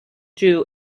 drew